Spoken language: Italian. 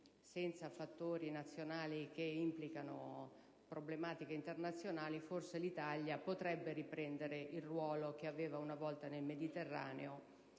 senza fattori nazionali che implicano problematiche internazionali, forse l'Italia potrebbe riprendere il ruolo che svolgeva una volta nel Mediterraneo